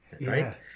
right